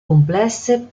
complesse